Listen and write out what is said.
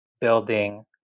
building